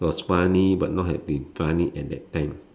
was funny but not have been funny at that time